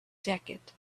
jacket